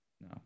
No